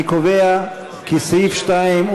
אני קובע כי סעיף 2,